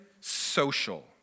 social